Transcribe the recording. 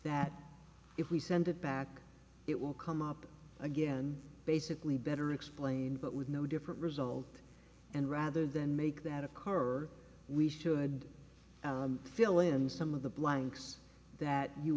that if we send it back it will come up again basically better explain but with no different result and rather than make that occur we should fill in some of the blanks that you